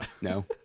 No